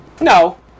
no